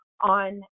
on